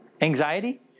Anxiety